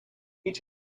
each